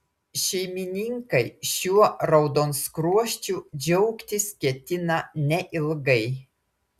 šeimininkai šiuo raudonskruosčiu džiaugtis ketina neilgai